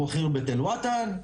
כמו חרבת אל-וטן,